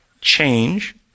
change